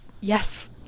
yes